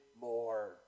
more